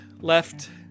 left